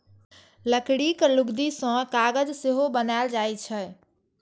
लकड़ीक लुगदी सं कागज सेहो बनाएल जाइ छै